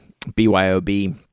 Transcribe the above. BYOB